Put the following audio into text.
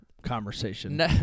Conversation